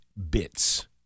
bits